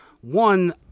one